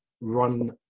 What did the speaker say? run